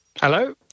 Hello